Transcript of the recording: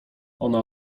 ona